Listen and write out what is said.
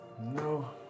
No